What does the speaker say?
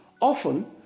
Often